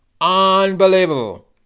Unbelievable